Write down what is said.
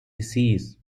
disease